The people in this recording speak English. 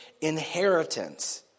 inheritance